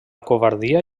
covardia